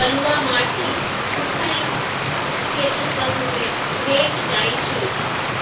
बलुआ माटी सुख्खल क्षेत्र सभ में भेंट जाइ छइ